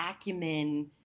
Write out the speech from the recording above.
acumen